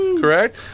correct